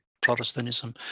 Protestantism